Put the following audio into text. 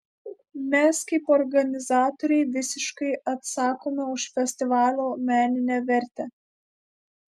mes kaip organizatoriai visiškai atsakome už festivalio meninę vertę